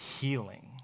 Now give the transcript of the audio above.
healing